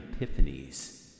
epiphanies